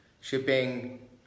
shipping